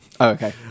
okay